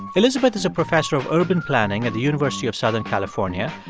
elizabeth is a professor of urban planning at the university of southern california.